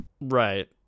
right